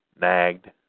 nagged